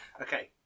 Okay